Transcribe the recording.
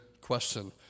question